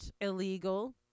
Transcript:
illegal